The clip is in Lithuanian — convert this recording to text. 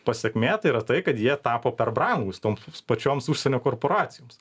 pasekmė tai yra tai kad jie tapo per brangūs toms pačioms užsienio korporacijoms